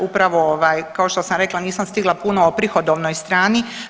Upravo ovaj kao što sam rekla, nisam stigla puno o prihodovnoj strani.